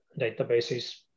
databases